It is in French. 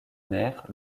mère